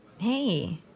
Hey